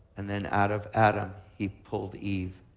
and then out of adam he pulled eve